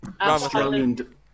Australian